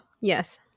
yes